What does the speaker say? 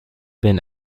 been